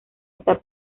está